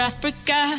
Africa